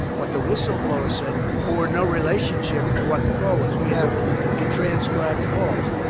what the whistleblower said bore no relationship to what the call was. we have a transcribed call,